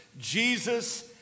Jesus